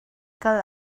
kal